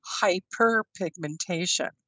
hyperpigmentation